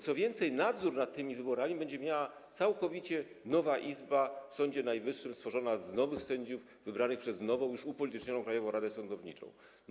Co więcej, nadzór nad tymi wyborami będzie miała całkowicie nowa izba w Sądzie Najwyższym, stworzona z nowych sędziów, wybranych przez nową, już upolitycznioną Krajową Radę Sądownictwa.